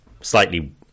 slightly